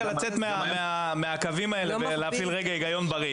לצאת מהקווים האלה ולהפעיל היגיון בריא.